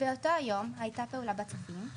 באותו היום הייתה פעולה בצופים,